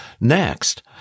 Next